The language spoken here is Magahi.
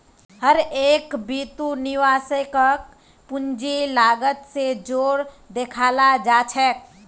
हर एक बितु निवेशकक पूंजीर लागत स जोर देखाला जा छेक